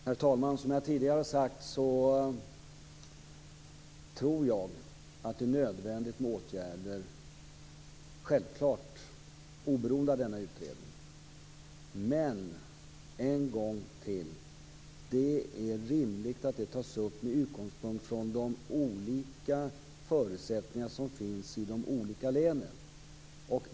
Herr talman! Som jag tidigare har sagt tror jag självfallet att det är nödvändigt med åtgärder oberoende av denna utredning. Men en gång till: Det är rimligt att den frågan tas upp med utgångspunkt från de olika förutsättningar som finns i de olika länen.